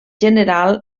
general